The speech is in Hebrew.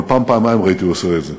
אבל פעם-פעמיים ראיתי אותו עושה את זה,